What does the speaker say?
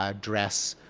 um dress,